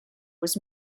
was